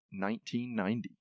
1990